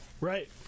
Right